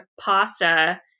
pasta